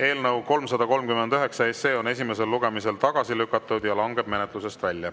Eelnõu 339 on esimesel lugemisel tagasi lükatud ja langeb menetlusest välja.